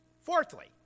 Fourthly